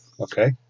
okay